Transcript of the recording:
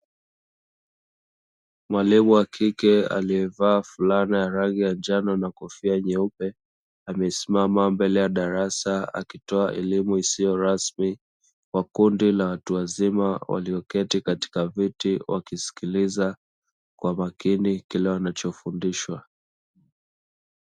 Mwalimu wa kike alievaa fulana ya rangi ya njano na kofia nyeupe, amesimama mbele ya darasa akitoa elimu isiyo rasmi kwa kundi la watu wazima walioketi katika viti wakiskiliza kwa makini kile wanachofundishwa.